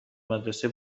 مدرسه